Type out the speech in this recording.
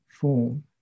form